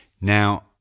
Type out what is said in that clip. Now